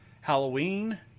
Halloween